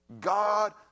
god